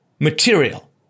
Material